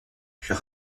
puis